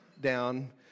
down